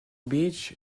beach